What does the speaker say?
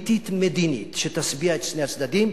פוליטית-מדינית, שתשביע את שני הצדדים,